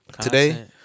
Today